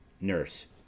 Nurse